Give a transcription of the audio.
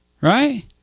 Right